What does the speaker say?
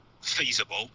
feasible